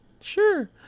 Sure